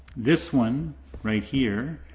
this one right here,